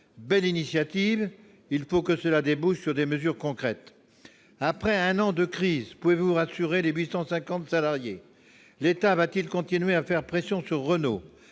Belle initiative ! Mais il faut que cela débouche sur des mesures concrètes. Après un an de crise, pouvez-vous rassurer les 850 salariés ? L'État continuera-t-il à faire pression sur Renault ?